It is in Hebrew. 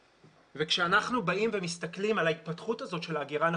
כשאנחנו באים ומסתכלים על ההתפתחות הזאת של האגירה,